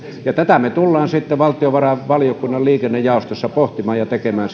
oikeudenmukaisesti tätä me tulemme sitten valtiovarainvaliokunnan liikennejaostossa pohtimaan ja tekemään